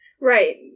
Right